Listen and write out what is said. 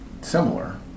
similar